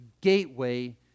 gateway